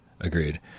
Agreed